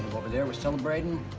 over there, we're celebrating,